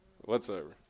whatsoever